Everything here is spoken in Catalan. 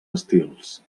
estils